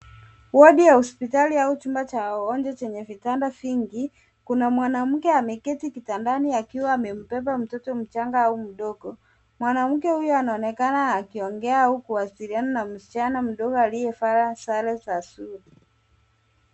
Wodi ya hospitali au chumba cha wagonjwa chenye vitanda vingi. Kuna mwanamke ameketi kitandani akiwa amembeba mtoto mchanga au mdogo. Mwanamke huyo anaonekana akiongea au kuwasiliana na msichana mdogo aliyevaa sare za shule.